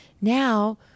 Now